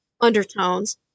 undertones